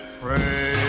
pray